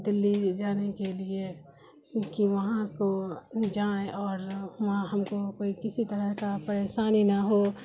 دلی جانے کے لیے کہ وہاں کو جائیں اور وہاں ہم کو کوئی کسی طرح کا پریشانی نہ ہو